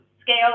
scale